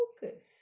focus